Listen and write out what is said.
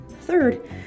Third